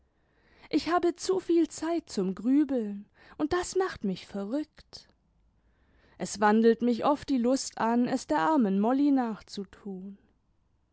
ich habe zu viel zeit zum grübeln und das macht mich verrückt es wandelt mich oft die lust an es der armen molly nachzutun